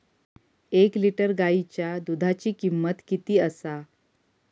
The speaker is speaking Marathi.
एक लिटर गायीच्या दुधाची किमंत किती आसा?